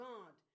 God